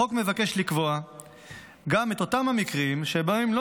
החוק מבקש לקבוע גם את אותם מקרים שבהם לא